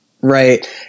right